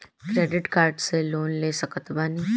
Credit card से loan ले सकत बानी?